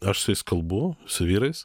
aš su jais kalbu su vyrais